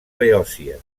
beòcia